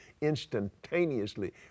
instantaneously